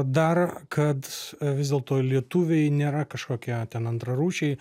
dar kad vis dėlto lietuviai nėra kažkokie ten antrarūšiai